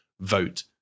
Vote